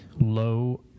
Low